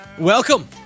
Welcome